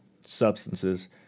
substances